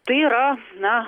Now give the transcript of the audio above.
tai yra na